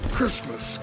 Christmas